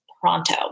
pronto